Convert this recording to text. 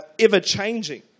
ever-changing